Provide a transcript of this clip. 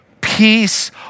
peace